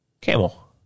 Camel